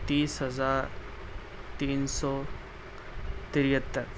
تیس ہزار تین سو تہتر